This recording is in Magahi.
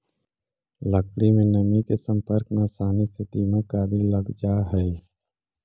लकड़ी में नमी के सम्पर्क में आसानी से दीमक आदि लग जा हइ